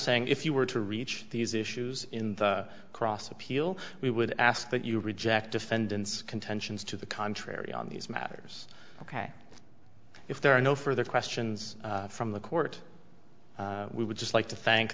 saying if you were to reach these issues in the cross appeal we would ask that you reject defendant's contentions to the contrary on these matters ok if there are no further questions from the court we would just like to thank